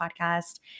podcast